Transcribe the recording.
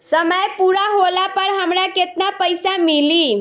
समय पूरा होला पर हमरा केतना पइसा मिली?